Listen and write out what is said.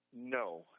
No